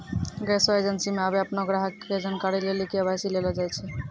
गैसो एजेंसी मे आबे अपनो ग्राहको के जानकारी लेली के.वाई.सी लेलो जाय छै